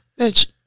Bitch